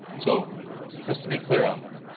so just to be clear on that,